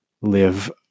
live